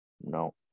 No